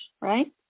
right